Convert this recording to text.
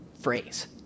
phrase